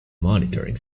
monitoring